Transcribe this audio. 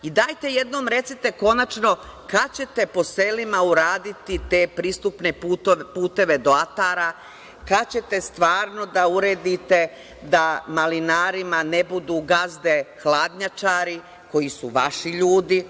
Dajte jednom recite konačno kad ćete po selima uraditi te pristupne puteve do atara, kad ćete stvarno da uredite da malinarima ne budu gazde hladnjačari koji su vaši ljudi.